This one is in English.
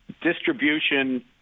distribution